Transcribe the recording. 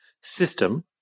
system